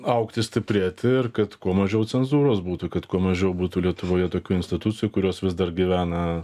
augti stiprėti ir kad kuo mažiau cenzūros būtų kad kuo mažiau būtų lietuvoje tokių institucijų kurios vis dar gyvena